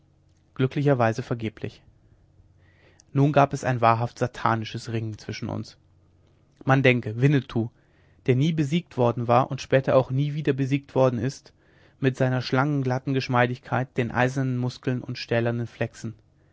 glücklicherweise vergeblich nun gab es ein wahrhaft satanisches ringen zwischen uns man denke winnetou der nie besiegt worden war und später auch nie wieder besiegt worden ist mit seiner schlangenglatten geschmeidigkeit den eisernen muskeln und stählernen flechsen